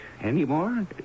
anymore